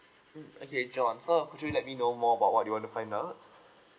mm okay john so uh could you let me know more about what do you want to find out